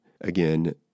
Again